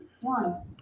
One